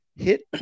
Hit